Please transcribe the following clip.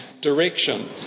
direction